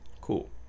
cool